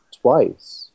twice